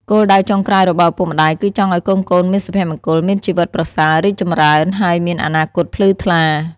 គោលដៅចុងក្រោយរបស់ឪពុកម្ដាយគឺចង់ឲ្យកូនៗមានសុភមង្គល មានជីវិតប្រសើរ រីកចម្រើន ហើយមានអនាគតភ្លឺថ្លា។